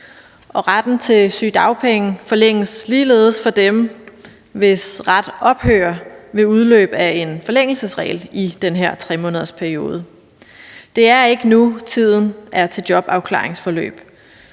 Og retten til sygedagpenge forlænges ligeledes for dem, hvis ret ophører ved udløb af en forlængelsesregel i den her 3-månedersperiode. Det er ikke nu, tiden er til jobafklaringsforløb.